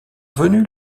venus